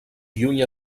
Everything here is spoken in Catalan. lluny